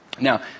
Now